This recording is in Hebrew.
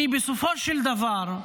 כי בסופו של דבר,